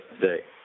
today